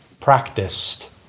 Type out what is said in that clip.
practiced